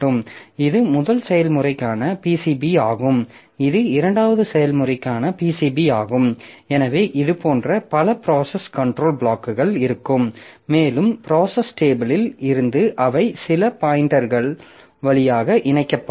இது முதல் செயல்முறைக்கான PCB ஆகும் இது இரண்டாவது செயல்முறைக்கான PCB ஆகும் எனவே இது போன்ற பல ப்ராசஸ் கன்ட்ரோல் பிளாக்கள் இருக்கும் மேலும் ப்ராசஸ் டேபிளில் இருந்து அவை சில பாய்ன்டெர்கள் வழியாக இணைக்கப்படும்